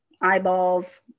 eyeballs